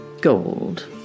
gold